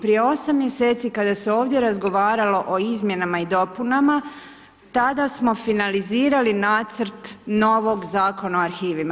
Prije 8 mjeseci kada se ovdje razgovaralo o izmjenama i dopunama tada smo finalizirali nacrt novog Zakona o arhivima.